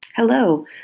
hello